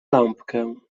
lampkę